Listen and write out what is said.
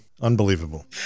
Unbelievable